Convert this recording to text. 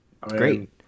Great